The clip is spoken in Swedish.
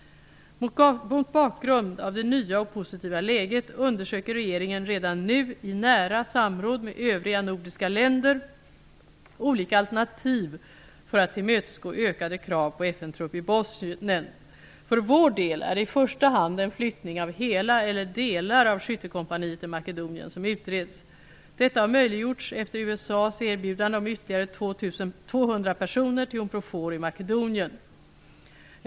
Mot bakgrund av det nya och positiva läget undersöker regeringen redan nu i nära samråd med övriga nordiska länder olika alternativ för att tillmötesgå ökade krav på FN-trupp i Bosnien. För vår del är det i första hand en flyttning av hela eller delar av skyttekompaniet i Makdeonien som utreds. Detta har möjliggjorts efter USA:s erbjudande om ytterligare 200 personer till Unprofor i Makedonien.